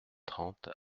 trente